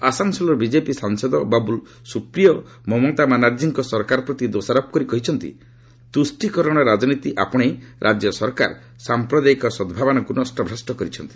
ଆସାନ୍ସୋଲ୍ର BJP ସାଂସଦ ବବୁଲ୍ ସୁପ୍ରିୟୋ ମମତା ବାନାର୍ଜୀଙ୍କ ସରକାର ପ୍ରତି ଦୋଷାରୋପ କରି କହିଛନ୍ତି ତୁଷ୍ଠିକରଣ ରାଜନୀତି ଆପଶେଇ ରାଜ୍ୟ ସରକାର ସାମ୍ପ୍ରଦାୟିକ ସଦ୍ଭାବନାକୁ ନଷ୍ଟଭ୍ରଷ୍ଟ କରିଛନ୍ତି